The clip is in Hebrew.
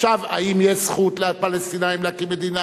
האם יש זכות לפלסטינים להקים מדינה,